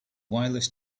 wireless